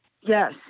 Yes